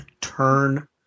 turn